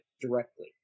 directly